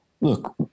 look